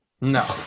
no